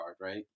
right